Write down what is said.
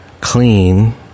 clean